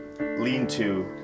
lean-to